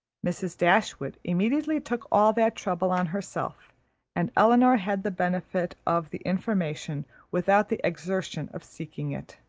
mrs. dashwood immediately took all that trouble on herself and elinor had the benefit of the information without the exertion of seeking it.